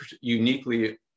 uniquely